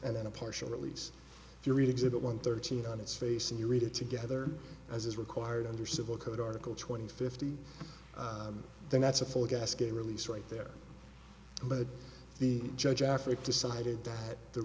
and then a partial release if you read exhibit one thirteen on its face and you read it together as is required under civil code article twenty fifty then that's a full gasket release right there but the judge afric decided that the